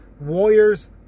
warriors